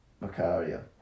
Macaria